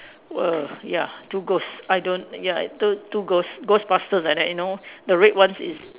err ya two ghosts I don't ya two two ghosts ghostbusters like that you know the red ones is